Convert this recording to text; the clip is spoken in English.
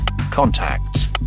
contacts